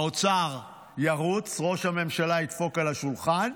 האוצר ירוץ, ראש הממשלה ידפוק על השולחן,